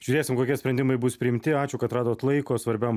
žiūrėsim kokie sprendimai bus priimti ačiū kad radot laiko svarbiam